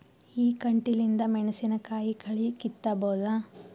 ಈ ಕಂಟಿಲಿಂದ ಮೆಣಸಿನಕಾಯಿ ಕಳಿ ಕಿತ್ತಬೋದ?